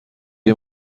این